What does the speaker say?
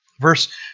Verse